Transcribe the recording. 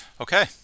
okay